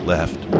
Left